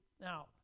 Now